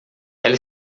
ela